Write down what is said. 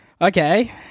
Okay